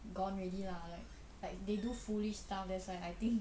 gone already lah like like they do foolish stuff that's why I think